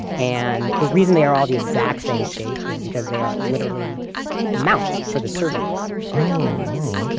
and the reason they are all the exact same shape is because they are literally mounts for the surveying equipment oh, okay.